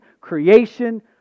creation